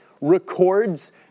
records